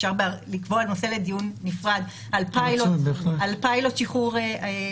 אפשר לקבוע את נושא לדיון נפרד על הפיילוט שנעשה